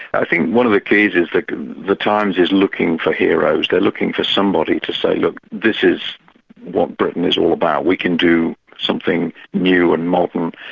i think one of the keys is that the times is looking for heroes, they're looking for somebody to say look, this is what britain is all about, we can do something new and modern.